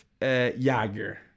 Jager